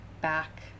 back